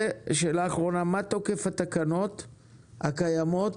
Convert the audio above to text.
ושאלה אחרונה: מה תוקף התקנות הקיימות?